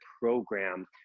program